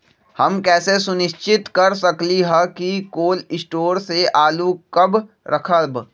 हम कैसे सुनिश्चित कर सकली ह कि कोल शटोर से आलू कब रखब?